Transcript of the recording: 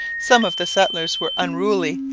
some of the settlers were unruly,